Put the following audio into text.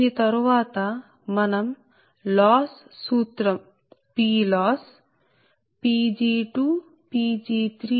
దీని తరువాత మనం లాస్ సూత్రం PLoss Pg2 Pg3